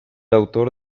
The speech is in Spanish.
autor